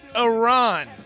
Iran